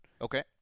Okay